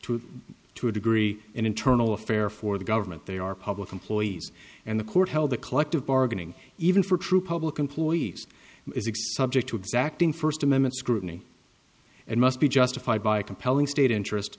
true to a degree an internal affair for the government they are public employees and the court held the collective bargaining even for true public employees to exacting first amendment scrutiny and must be justified by a compelling state interest